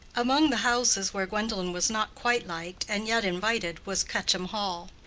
among the houses where gwendolen was not quite liked, and yet invited, was quetcham hall.